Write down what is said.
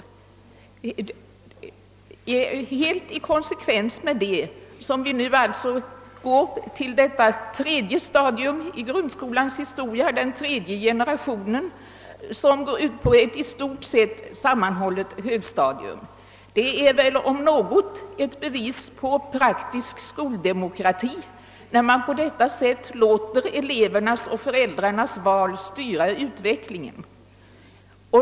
Det är helt i konsekvens härmed som vi nu går över till detta tredje stadium i grundskolans historia, den tredje generationen, som innebär ett i stort sett sammanhållet högstadium. Det är om något ett bevis på praktisk skoldemokrati när man på detta sätt låter elevernas och föräldrarnas val styra utvecklingen.